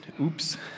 oops